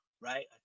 right